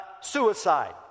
suicide